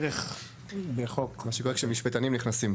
כשמשפטנים נכנסים.